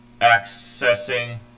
Accessing